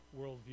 worldview